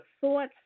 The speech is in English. thoughts